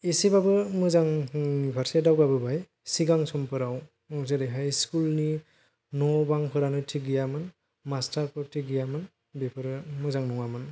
एसेबाबो मोजांनि फारसे दावगाबोबाय सिगां समफोराव जेरैहाय स्कुल नि न' बां फोरानो थिग गैयामोन मास्टार फोर थिग गैयामोन बेफोरो मोजां नङामोन